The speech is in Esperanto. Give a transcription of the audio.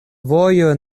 vojo